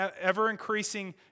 ever-increasing